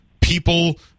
people